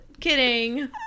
Kidding